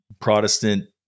Protestant